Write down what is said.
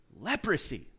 Leprosy